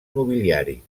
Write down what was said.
nobiliari